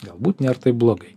galbūt nėr taip blogai